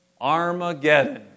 Armageddon